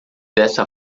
dessa